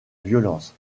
violence